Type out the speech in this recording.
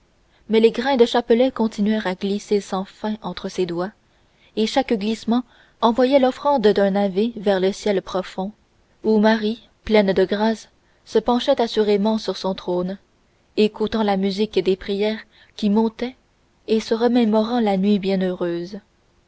mais les grains du chapelet continuèrent à glisser sans fin entre ses doigts et chaque glissement envoyait l'offrande d'un ave vers le ciel profond où marie pleine de grâce se penchait assurément sur son trône écoutant la musique des prières qui montaient et se remémorant la nuit